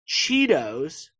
cheetos